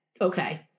Okay